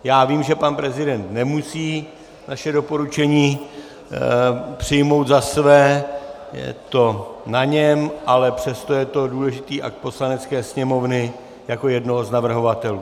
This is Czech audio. Já vím, že pan prezident nemusí naše doporučení přijmout za své, je to na něm, ale přesto je to důležitý akt Poslanecké sněmovny jako jednoho z navrhovatelů.